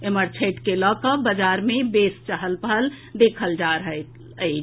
एम्हर छठि के लऽ कऽ बाजार मे बेस चहल पहल देखल जा रहल अछि